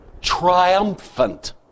triumphant